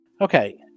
Okay